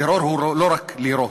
טרור הוא לא רק לירות,